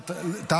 מעמד האישה.